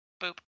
Boop